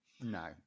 no